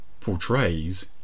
portrays